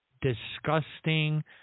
disgusting